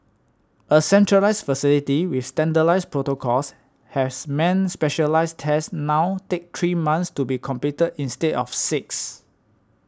a centralised facility with standardised protocols has meant specialised tests now take three months to be completed instead of six